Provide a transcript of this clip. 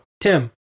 Tim